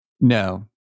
No